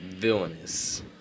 Villainous